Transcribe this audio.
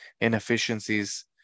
inefficiencies